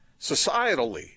societally